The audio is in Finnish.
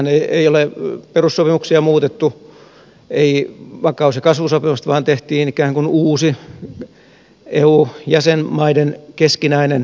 siinähän ei ole perussopimuksia muutettu ei vakaus ja kasvusopimusta vaan tehtiin ikään kuin uusi eu jäsenmaiden keskinäinen valtiosopimus